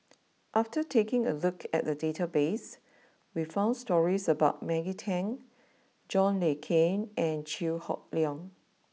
after taking a look at the database we found stories about Maggie Teng John Le Cain and Chew Hock Leong